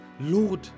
Lord